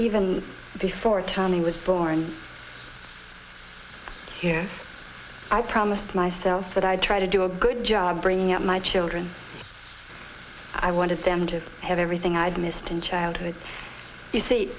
even before tommy was born i promised myself that i'd try to do a good job bringing up my children i wanted them to have everything i'd missed in childhood you see